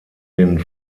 den